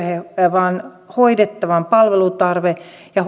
vaan hoidettavan palvelutarve ja